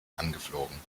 angeflogen